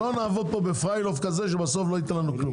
כדי שלא נעבוד פה בפייל-אוף כזה שבסוף לא ייתן לנו כלום.